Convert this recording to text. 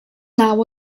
naw